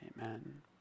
Amen